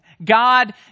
God